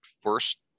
first